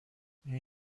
این